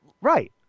Right